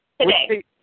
Today